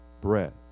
bread